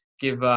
give